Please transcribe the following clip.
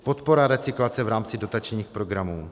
Podpora recyklace v rámci dotačních programů.